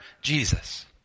Jesus